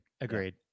Agreed